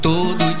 Todo